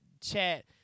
chat